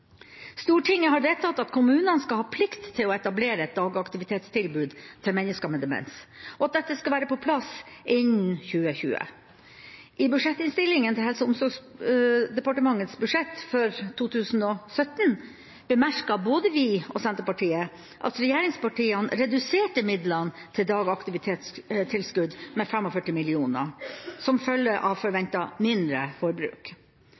Stortinget har vedtatt at kommunene skal ha plikt til å etablere et dagaktivitetstilbud til mennesker med demens, og at dette skal være på plass innen 2020. I budsjettinnstillinga til Helse- og omsorgsdepartementet for 2017 bemerket både vi og Senterpartiet at regjeringspartiene reduserte midlene til dagaktivitetstilskudd med 45 mill. kr som følge av forventet mindre forbruk.